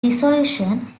dissolution